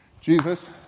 Jesus